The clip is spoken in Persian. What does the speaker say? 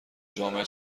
جامعه